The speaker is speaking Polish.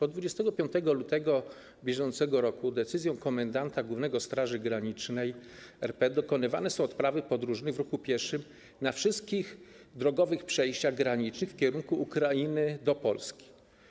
Od 25 lutego br. decyzją komendanta głównego Straży Granicznej RP dokonywane są odprawy podróżnych w ruchu pieszych na wszystkich drogowych przejściach granicznych w kierunku Ukrainy do Polski.